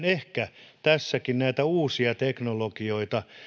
ehkä tässäkin yhdistellä näitä uusia teknologioita